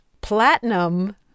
platinum